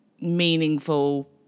meaningful